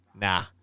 nah